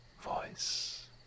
voice